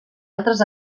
altres